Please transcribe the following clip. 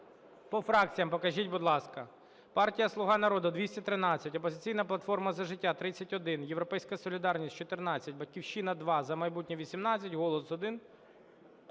По фракціях покажіть, будь ласка. Партія "Слуга народу" – 213, "Опозиційна платформа – За життя" – 31, "Європейська солідарність" – 14, "Батьківщина" – 2, "За майбутнє" – 18, "Голос" –